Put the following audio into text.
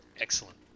Excellent